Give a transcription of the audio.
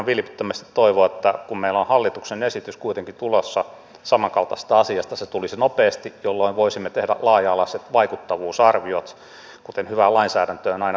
ihan vilpittömästi toivon että kun meillä on hallituksen esitys kuitenkin tulossa samankaltaisesta asiasta se tulisi nopeasti jolloin voisimme tehdä laaja alaiset vaikuttavuusarviot kuten hyvään lainsäädäntöön aina kuuluu